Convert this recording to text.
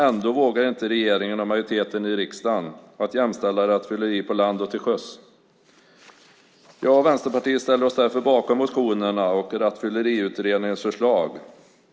Ändå vågar inte regeringen och majoriteten i riksdagen jämställa rattfylleri på land och till sjöss. Jag och Vänsterpartiet ställer oss därför bakom motionerna och Rattfylleriutredningens förslag.